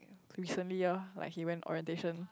recently ah like he went orientation